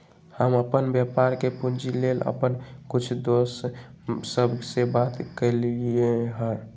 हम अप्पन व्यापार के पूंजी लेल अप्पन कुछ दोस सभ से बात कलियइ ह